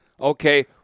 Okay